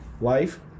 life